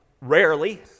rarely